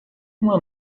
uma